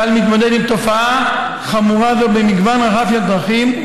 צה"ל מתמודד עם תופעה חמורה במגוון רחב של דרכים,